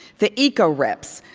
the ecoreps,